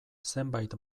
zenbait